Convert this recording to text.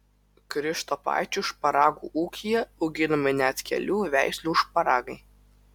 krištopaičių šparagų ūkyje auginami net kelių veislių šparagai